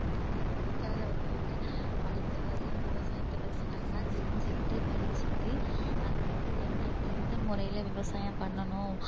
படித்த படிக்காதவர்களைவிட படித்தவர்தான் விவசாயத்தை பற்றி நல்லா தெரிஞ்சுக்கிட்டு படிச்சுட்டு அது வந்து எந்த எ எந்த முறையில் விவசாயம் பண்ணணும்